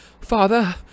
Father